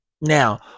now